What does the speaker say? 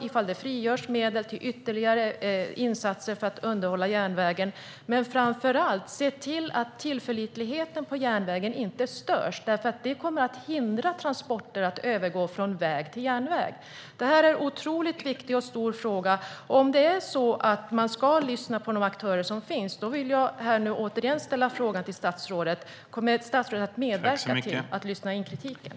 Ifall det frigörs medel till ytterligare insatser för att underhålla järnvägen bör man framför allt se till att tillförlitligheten på järnvägen inte störs. Det hindrar transporter att övergå från väg till järnväg. Detta är en otroligt viktig och stor fråga, om man ska lyssna på de aktörer som finns. Då vill jag återigen ställa frågan till statsrådet: Kommer statsrådet att medverka till att lyssna in kritiken?